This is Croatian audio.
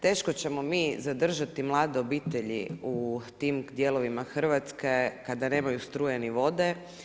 Teško ćemo mi zadržati mlade obitelji u tim dijelovima Hrvatske kada nemaju struje ni vode.